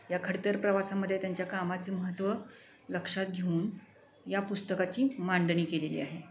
या खडतर प्रवासामध्ये त्यांच्या कामाचे महत्त्व लक्षात घेऊन या पुस्तकाची मांडणी केलेली आहे